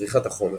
בצריכת החומר.